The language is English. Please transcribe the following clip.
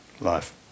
life